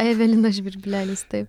evelina žvirblelis taip